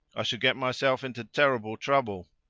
i shall get myself into terrible trouble.